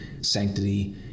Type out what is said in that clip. sanctity